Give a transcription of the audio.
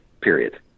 period